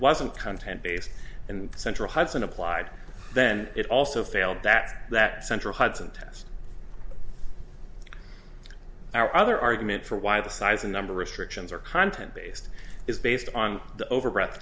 wasn't content based and central hudson applied then it also failed that that central hudson test our other argument for why the size and number restrictions are content based is based on the over breath